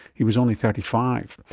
he was only thirty five.